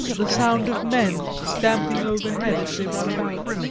the sound of men stamping overhead as they run about.